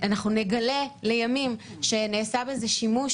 ונגלה לימים שנעשה בערכת האונס שלה שימוש